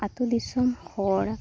ᱟᱹᱛᱩ ᱫᱤᱥᱚᱢ ᱦᱚᱲ